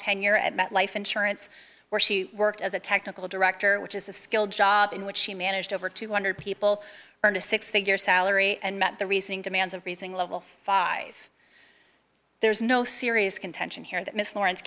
tenure at met life insurance where she worked as a technical director which is a skilled job in which she managed over two hundred dollars people earned a six figure salary and met the reasoning demands of raising a level five there's no serious contention here that mrs lawrence